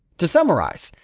to summarize,